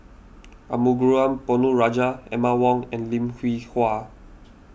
Arumugam Ponnu Rajah Emma Yong and Lim Hwee Hua